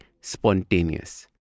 spontaneous